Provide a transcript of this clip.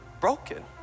broken